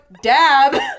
dab